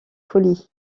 folie